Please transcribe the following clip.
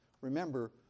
Remember